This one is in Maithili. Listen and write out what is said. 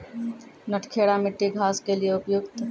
नटखेरा मिट्टी घास के लिए उपयुक्त?